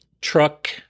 truck